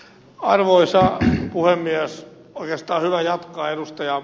oikeastaan on hyvä jatkaa ed